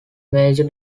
major